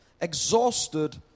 exhausted